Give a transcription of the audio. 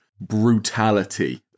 brutality